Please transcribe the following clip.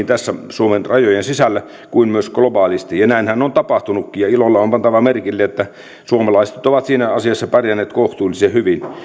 tässä suomen rajojen sisällä kuin myös globaalisti ja näinhän on tapahtunutkin ja ilolla on pantava merkille että suomalaiset ovat siinä asiassa pärjänneet kohtuullisen hyvin